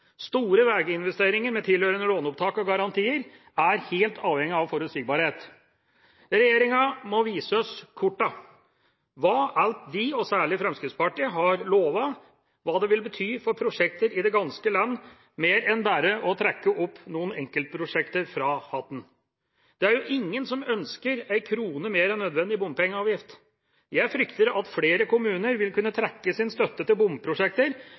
Store veiinvesteringer, med tilhørende låneopptak og garantier, er helt avhengig av forutsigbarhet. Regjeringa må vise oss korta: alt det som den – og særlig Fremskrittspartiet – har lovet, og hva det vil bety for prosjekter i det ganske land, mer enn bare å trekke noen enkeltprosjekter opp av hatten. Det er jo ingen som ønsker ei krone mer enn nødvendig i bompengeavgift. Jeg frykter at flere kommuner vil kunne trekke sin støtte til bomprosjekter